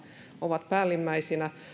ovat päällimmäisinä